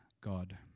God